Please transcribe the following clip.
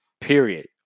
period